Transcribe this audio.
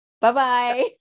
Bye-bye